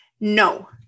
no